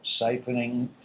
siphoning